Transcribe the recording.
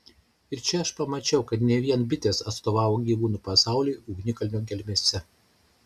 ir čia aš pamačiau kad ne vien bitės atstovavo gyvūnų pasauliui ugnikalnio gelmėse